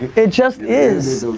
it just is.